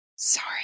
Sorry